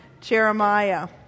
Jeremiah